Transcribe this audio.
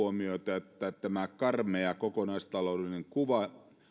huomiota että tämä karmea kokonaistaloudellinen kuva